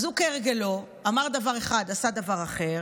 אז הוא כהרגלו אמר דבר אחד, עשה דבר אחר.